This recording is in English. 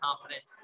confidence